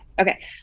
Okay